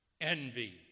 Envy